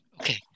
Okay